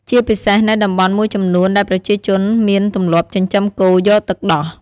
ជាពិសេសនៅតំបន់មួយចំនួនដែលប្រជាជនមានទម្លាប់ចិញ្ចឹមគោយកទឹកដោះ។